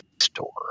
store